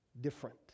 different